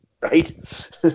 Right